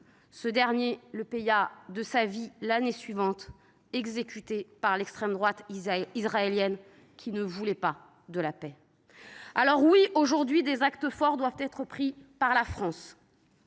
Ce dernier le paya de sa vie, l’année suivante, exécuté par l’extrême droite israélienne qui ne voulait pas de la paix. Oui, aujourd’hui, des actes forts doivent être pris par la France.